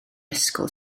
ysgol